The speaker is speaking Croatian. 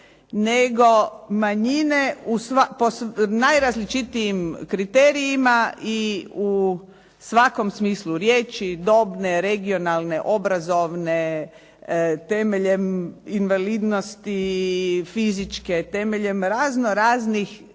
nego manjine u najrazličitijim kriterijima i u svakom smislu riječi dobne, regionalne, obrazovne, temeljem invalidnosti, fizičke, temeljem razno raznih